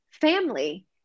family